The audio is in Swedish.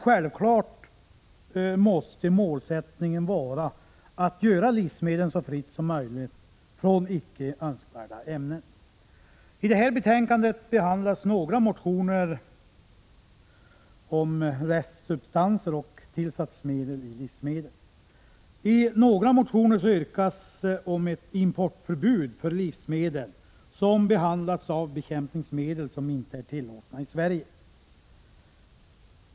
Självklart måste målsättningen vara att göra livsmedlen så fria som möjligt från icke önskvärda ämnen. I det här betänkandet behandlas några motioner om restsubstanser och tillsatsmedel i livsmedel. I några motioner yrkas på ett förbud mot import av livsmedel, som behandlats med i Sverige icke tillåtna bekämpningsmedel.